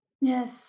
Yes